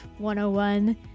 101